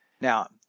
Now